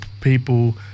people